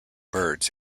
birds